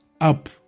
up